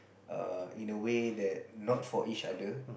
err in a way that not for each other